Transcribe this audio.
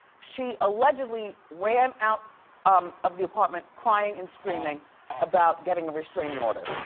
she allegedly ran out um of the apartment crying and screaming about getting a restraining order.